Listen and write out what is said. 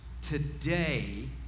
today